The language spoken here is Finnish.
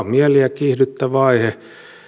mieliä kiihdyttävä aihe